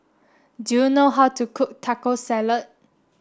do you know how to cook Taco Salad